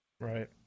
Right